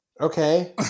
Okay